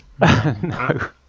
no